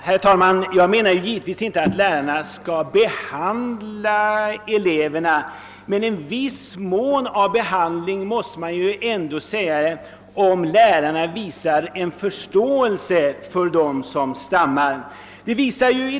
Herr talman! Jag menar givetvis inte att lärarna skall behandla eleverna men en viss form av behandling är det väl ändå om lärarna äger kunskap om stamningsbesvär och visar förståelse för dem som stammar.